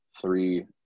three